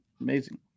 amazing